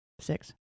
six